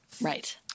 Right